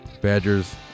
Badgers